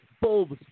Bulbs